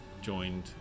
joined